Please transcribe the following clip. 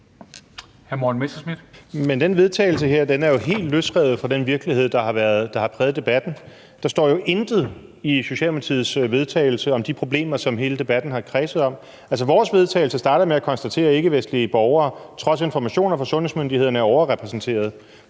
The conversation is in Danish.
til vedtagelse her er jo helt løsrevet fra den virkelighed, der har præget debatten. Der står jo intet i bl.a. Socialdemokratiets forslag til vedtagelse om de problemer, som hele debatten har kredset om. Altså, vores forslag til vedtagelse starter med at konstatere, at ikkevestlige borgere – trods informationer fra sundhedsmyndighederne – er overrepræsenteret.